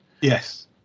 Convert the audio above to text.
Yes